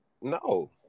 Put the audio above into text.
No